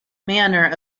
manner